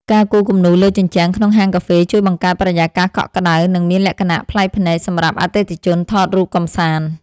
ការគូរគំនូរលើជញ្ជាំងក្នុងហាងកាហ្វេជួយបង្កើតបរិយាកាសកក់ក្ដៅ និងមានលក្ខណៈប្លែកភ្នែកសម្រាប់អតិថិជនថតរូបកម្សាន្ត។